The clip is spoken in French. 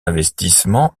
investissement